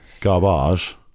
garbage